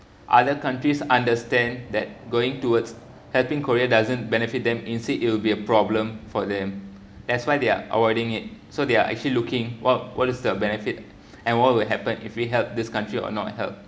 other countries understand that going towards helping korea doesn't benefit them instead it will be a problem for them that's why they are avoiding it so they're actually looking what what is that benefit and what would happen if we help this country or not help